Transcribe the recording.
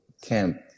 camp